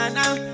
now